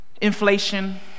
Inflation